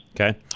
Okay